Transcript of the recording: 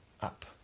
up